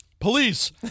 Police